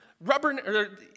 rubber